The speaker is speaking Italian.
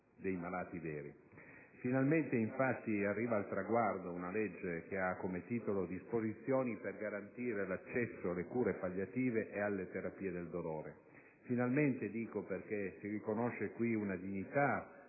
dei malati veri. Finalmente, infatti, arriva al traguardo una legge che reca disposizioni per garantire l'accesso alle cure palliative ed alle terapie del dolore; finalmente, dico, perché si riconosce qui una dignità,